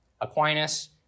Aquinas